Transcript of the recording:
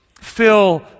fill